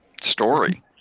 Story